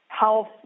health